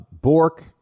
Bork